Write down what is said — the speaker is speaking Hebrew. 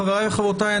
חבריי וחברותיי,